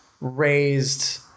raised